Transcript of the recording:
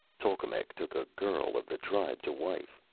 tolkemec took a girl of the tribe to wife,